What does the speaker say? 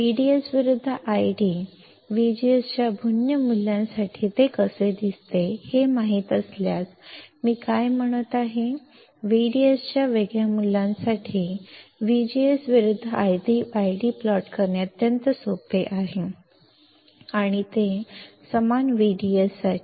VDS विरुद्ध plot ID VGS च्या भिन्न मूल्यासाठी ते कसे दिसते हे मला माहित असल्यास मी काय म्हणत आहे VDS च्या वेगवेगळ्या मूल्यांसाठी VGS विरुद्ध ID प्लॉट करणे अत्यंत सोपे आहे समान VDS साठी